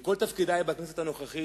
מכל תפקידי בכנסת הנוכחית,